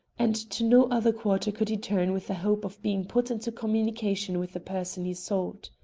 and to no other quarter could he turn with a hope of being put into communication with the person he sought.